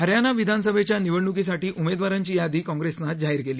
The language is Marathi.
हरयाणा विधानसभेच्या निवडणकीसाठी उमेदवारांची यादी काँग्रेसनं आज जाहीर केली